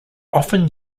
often